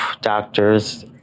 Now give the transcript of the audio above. doctors